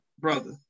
brother